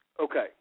Okay